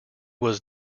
was